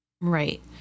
Right